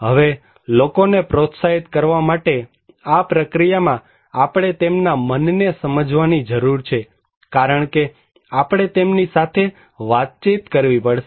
હવે લોકોને પ્રોત્સાહિત કરવા માટે આ પ્રક્રિયામાં આપણે તેમના મનને સમજવાની જરૂર છે કારણ કે આપણે તેમની સાથે વાતચીત કરવી પડશે